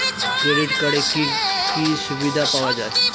Credit কার্ডের কি কি সুবিধা পাওয়া যায়?